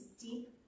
deep